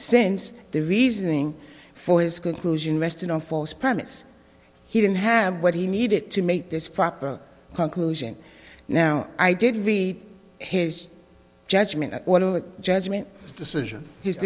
since the reasoning for his conclusion rested on false premises he didn't have what he needed to make this conclusion now i did read his judgement judgement decision h